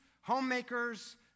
homemakers